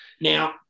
Now